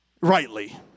rightly